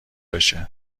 بشه